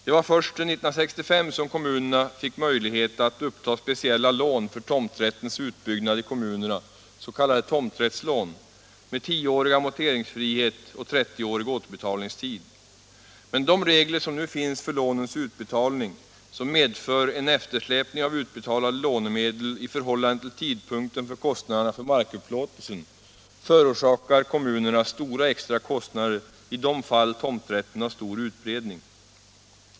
Det var först 1965 som kommunerna fick möjlighet att uppta speciella lån för tomträttens utbyggnad i kommunerna, s.k. tomträttslån med 10-årig amorteringsfrihet och 30-årig återbetalningstid. Men de regler som nu finns för lånens utbetalning och som medför en eftersläpning av utbetalade lånemedel i förhållande till tidpunkten för kostnaderna för markupplåtelsen förorsakar kommunerna stora extra kostnader i de fall tomträtten har stor utbredning.